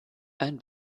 ein